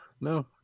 no